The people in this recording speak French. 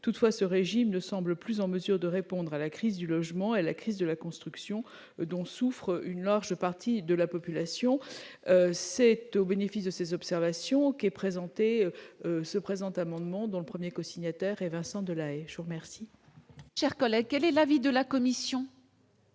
toutefois ce régime ne semble plus en mesure de répondre à la crise du logement et la crise de la construction dont souffre une large partie de la population, c'est au bénéfice de ses observations qui est présentée ce présente amendements dont le 1er cosignataires et Vincent de La chaux merci. Chers collègues, quel est l'avis de la commission.